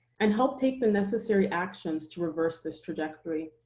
and help take the necessary actions to reverse this trajectory.